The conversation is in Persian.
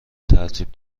ترتیب